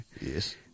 Yes